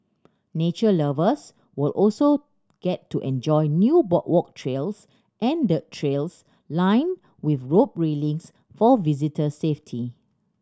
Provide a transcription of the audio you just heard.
nature lovers will also get to enjoy new boardwalk trails and dirt trails lined with rope railings for visitor safety